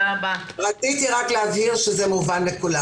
רציתי רק להבהיר שזה מובן לכולם.